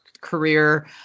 career